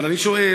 אבל אני שואל,